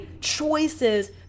choices